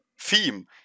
theme